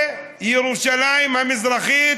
וירושלים המזרחית